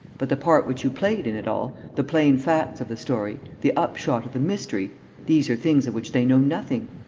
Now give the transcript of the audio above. but the part which you played in it all, the plain facts of the story, the upshot of the mystery these are things of which they know nothing.